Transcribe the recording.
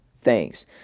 thanks